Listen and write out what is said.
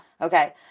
Okay